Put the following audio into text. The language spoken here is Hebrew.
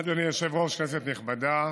אדוני היושב-ראש, כנסת נכבדה,